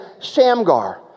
Shamgar